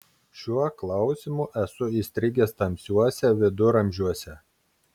šiuo klausimu esu įstrigęs tamsiuose viduramžiuose